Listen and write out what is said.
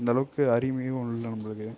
அந்தளவுக்கு அறிமையும் இல்லை நம்மளுக்கு